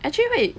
actually wait